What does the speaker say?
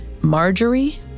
Marjorie